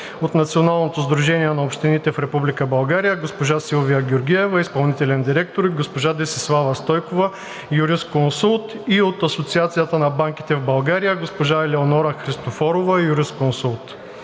от Националното сдружение на общините в Република България – госпожа Силвия Георгиева – изпълнителен директор, и госпожа Десислава Стойкова – юрисконсулт, и от Асоциацията на банките в България – госпожа Елеонора Христофорова – юрисконсулт.